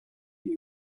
were